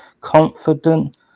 confident